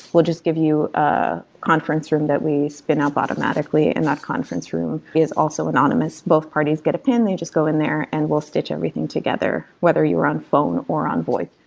we'll just give you a conference room that we spin up automatically in that conference room he is also anonymous. both parties get a pen. they just go in there and we'll stitch everything together, whether you are on phone or on voip.